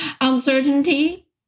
uncertainty